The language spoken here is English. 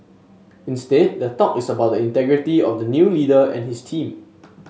instead the talk is about the integrity of the new leader and his team